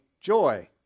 joy